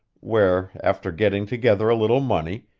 where, after getting together a little money,